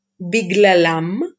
biglalam